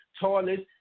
toilets